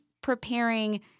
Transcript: preparing